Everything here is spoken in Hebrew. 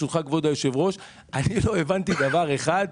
אני לא הבנתי דבר אחד.